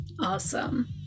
Awesome